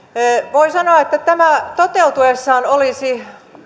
voi sanoa että tämä toteutuessaan olisi